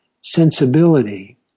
sensibility